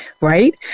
right